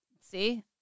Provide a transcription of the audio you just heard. See